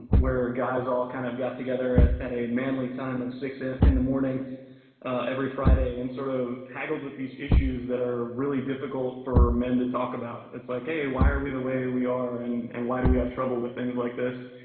where guys all kind of get together at at a manly time of six zero in the morning every friday and sort of haggle with these issues that are really difficult for men to talk about. it's like, hey, why are we the way we are and and why do we have trouble with things like this,